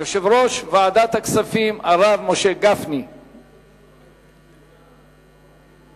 27 בעד, אין מתנגדים, אין